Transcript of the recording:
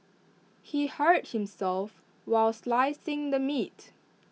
he hurt himself while slicing the meat